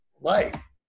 life